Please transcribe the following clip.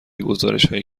گزارشهایی